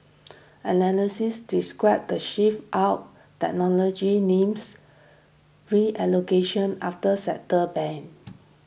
analysts described the shift out technology names reallocation after sector's banned